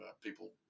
people